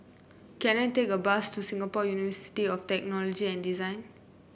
can I take a bus to Singapore University of Technology and Design